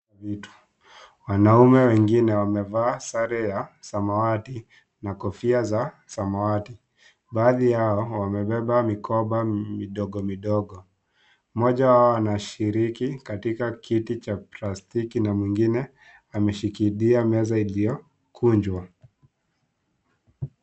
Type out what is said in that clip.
Wanaume wengine wamevaa sare ya samawati na Kofia za samawati . Baadhi yao wamebeba mikoba midogo midogo ,mmoja wao anashiriki katika kiti cha plastiki a mwingine ameshikilia meza iliyogunjwa.